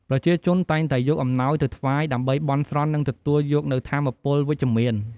ប្រជាជនតែងតែយកអំណោយទៅថ្វាយ ដើម្បីបន់ស្រន់ និងទទួលយកនូវថាមពលវិជ្ជមាន។